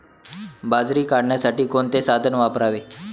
बाजरी काढण्यासाठी कोणते साधन वापरावे?